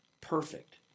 perfect